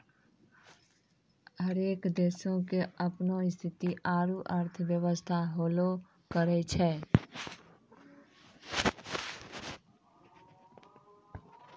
हरेक देशो के अपनो स्थिति आरु अर्थव्यवस्था होलो करै छै